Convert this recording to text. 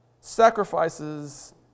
sacrifices